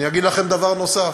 אני אגיד לכם דבר נוסף,